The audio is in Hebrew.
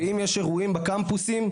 ואם יש אירועים בקמפוסים,